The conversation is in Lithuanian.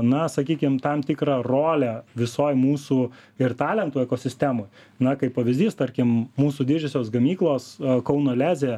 na sakykim tam tikrą rolę visoj mūsų ir talentų ekosistemoj na kaip pavyzdys tarkim mūsų didžiosios gamyklos kauno leze